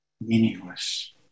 meaningless